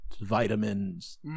vitamins